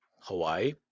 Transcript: Hawaii